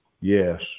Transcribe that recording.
yes